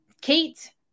Kate